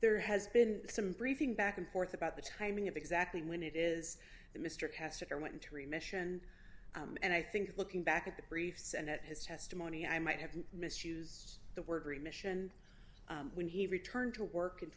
there has been some briefing back and forth about the timing of exactly when it is that mr cassatt or went into remission and i think looking back at the briefs and that his testimony i might have misused the word remission when he returned to work